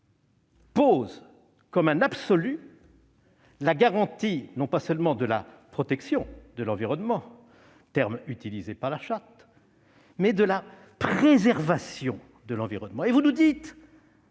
pose comme un absolu la garantie non pas seulement de la protection, terme utilisé par la Charte, mais de la préservation de l'environnement. Et vous nous dites